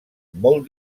molt